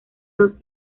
dos